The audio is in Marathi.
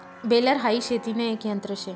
बेलर हाई शेतीन एक यंत्र शे